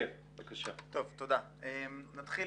נתחיל